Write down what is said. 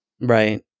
Right